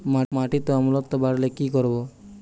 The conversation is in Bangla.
মাটিতে অম্লত্ব বাড়লে কি করব?